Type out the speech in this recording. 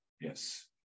Yes